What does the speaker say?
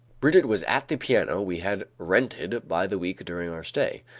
brigitte was at the piano we had rented by the week during our stay.